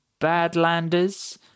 badlanders